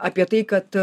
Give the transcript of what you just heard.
apie tai kad